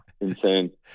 insane